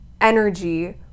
energy